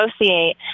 associate